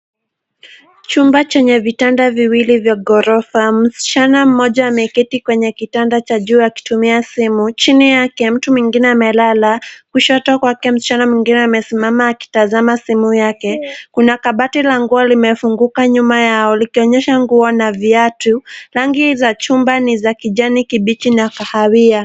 Chumba chenye vitanda viwili vya ghrofa msichana mmoja ameketi kwenye kitanda cha juu akitumia simu chini yake mtu mwingine amelala, kushoto kwakwe msichana mwingine amesimama akitazama simu yake, kuna kabati la nguo limefunguka nyuma yao likionyesha nguo na viatu.